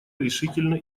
решительно